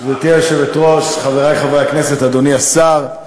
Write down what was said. גברתי היושבת-ראש, חברי חברי הכנסת, אדוני השר,